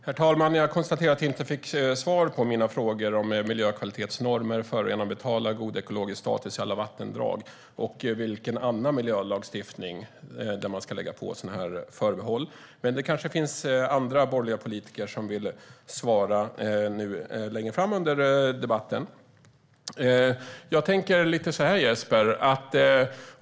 Herr talman! Jag konstaterar att jag inte fick svar på mina frågor om miljökvalitetsnormer, förorenaren betalar, god ekologisk status i alla vattendrag och i vilken annan miljölagstiftning man ska lägga in sådana här förbehåll. Men det finns kanske andra borgerliga politiker som vill svara på det längre fram i debatten.